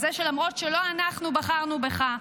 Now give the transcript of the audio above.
על זה שלמרות שלא אנחנו בחרנו בך,